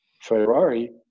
ferrari